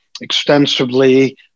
extensively